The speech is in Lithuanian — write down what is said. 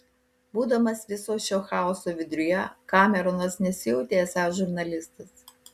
būdamas viso šio chaoso vidury kameronas nesijautė esąs žurnalistas